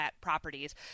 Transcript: properties